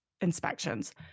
inspections